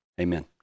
Amen